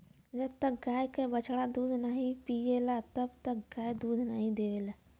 जब तक गाय क बछड़ा दूध नाहीं पियला तब तक गाय दूध नाहीं देवला